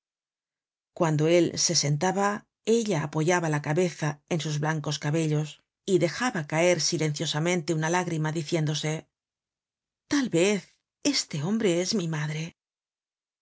cuando él se sentaba ella apoyaba la cabeza en sus blancos cabe líos y dejaba caer silenciosamente una lágrima diciéndose tal vez este hombre es mi madre